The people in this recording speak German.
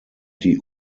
die